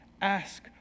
ask